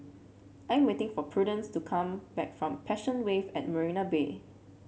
I'm waiting for Prudence to come back from Passion Wave at Marina Bay